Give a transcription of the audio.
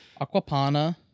Aquapana